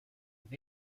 have